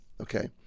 okay